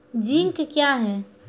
Zinc क्या हैं?